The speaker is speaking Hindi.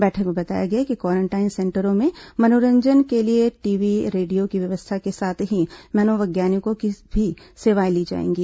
बैठक में बताया गया कि क्वारेंटाइन सेंटरों में मनोरंजन के लिए टीवी रेडिया की व्यवस्था के साथ ही मनोवैज्ञानिकों की भी सेवाएं ली जाएंगी